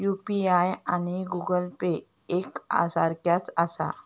UPI आणि Google Pay एक सारख्याच आसा?